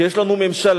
כי יש לנו ממשלה,